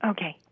Okay